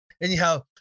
Anyhow